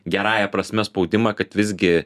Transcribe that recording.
gerąja prasme spaudimą kad visgi